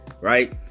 right